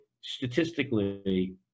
statistically